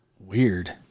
Weird